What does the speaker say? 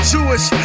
Jewish